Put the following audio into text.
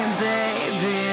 baby